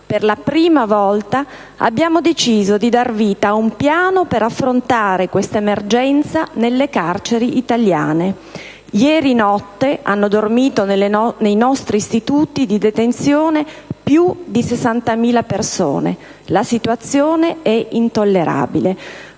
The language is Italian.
Per la prima volta abbiamo deciso di dar vita a un piano per affrontare questa emergenza nelle carceri italiane. Ieri notte hanno dormito nei nostri istituti di detenzione più di 60.000 persone: la situazione è intollerabile».